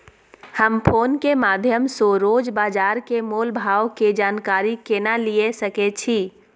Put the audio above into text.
हम फोन के माध्यम सो रोज बाजार के मोल भाव के जानकारी केना लिए सके छी?